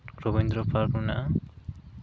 Rabindra park ᱢᱮᱱᱟᱜᱼᱟ